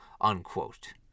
unquote